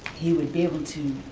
he would be able to,